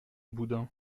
boudin